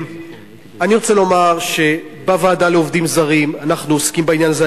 אני רוצה לומר שבוועדה לעובדים זרים אנחנו עוסקים בעניין הזה,